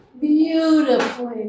beautifully